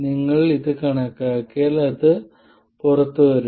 നിങ്ങൾ ഇത് കണക്കാക്കിയാൽ അത് പുറത്തുവരും